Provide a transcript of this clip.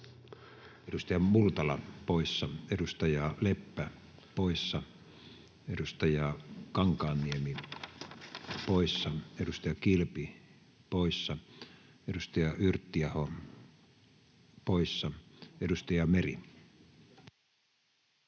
Edustaja Multala poissa, edustaja Leppä poissa, edustaja Kankaanniemi poissa, edustaja Kilpi poissa, edustaja Yrttiaho poissa. — Edustaja Meri.